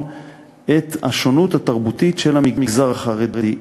את השונות התרבותית של המגזר החרדי.